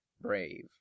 Brave